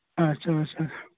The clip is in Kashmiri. اَچھا اَچھا